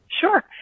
Sure